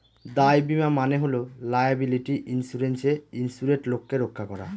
দায় বীমা মানে হল লায়াবিলিটি ইন্সুরেন্সে ইন্সুরেড লোককে রক্ষা করা